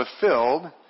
fulfilled